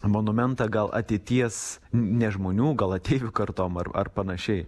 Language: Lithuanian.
monumentą gal ateities ne žmonių gal ateivių kartom ar ar panašiai